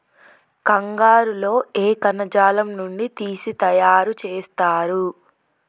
కంగారు లో ఏ కణజాలం నుండి తీసి తయారు చేస్తారు?